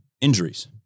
injuries